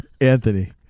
Anthony